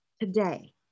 today